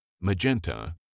magenta